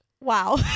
wow